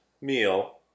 meal